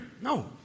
No